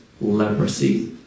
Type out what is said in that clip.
leprosy